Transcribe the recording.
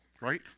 right